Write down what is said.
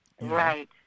Right